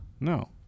No